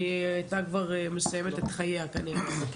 היא הייתה כבר מסיימת את חייה כנראה,